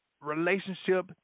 relationship